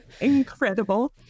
incredible